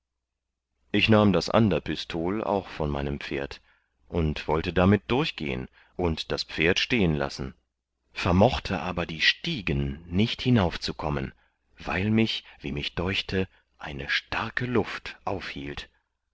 ich nahm das ander pistol auch von meinem pferd und wollte damit durchgehen und das pferd stehen lassen vermochte aber die stiegen nicht hinaufzukommen weil mich wie mich deuchte eine starke luft aufhielt